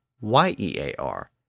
Y-E-A-R